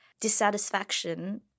dissatisfaction